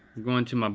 going to um